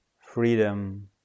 freedom